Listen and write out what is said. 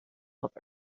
over